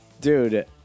Dude